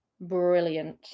Brilliant